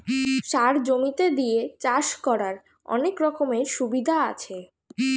সার জমিতে দিয়ে চাষ করার অনেক রকমের সুবিধা আছে